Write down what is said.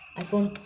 iPhone